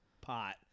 pot